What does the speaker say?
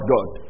God